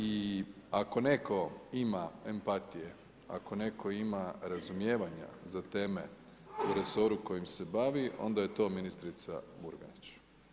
I ako netko ima empatije, ako netko ima razumijevanja za teme o resoru kojim se bavi onda je to ministrica Murganić.